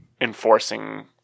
enforcing